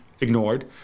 ignored